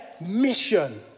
mission